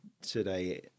today